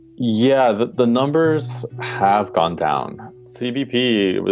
yeah. the the numbers have gone down. cbp,